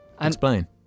Explain